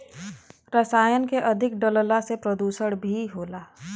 रसायन के अधिक डलला से प्रदुषण भी होला